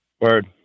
Word